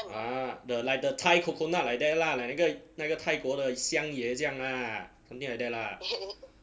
ah the like the thai coconut like that lah like 那个那个泰国的香野这样 ah something like that lah